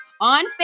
on